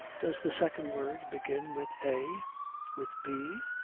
does the second word begin with a with b?